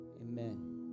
amen